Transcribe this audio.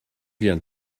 vient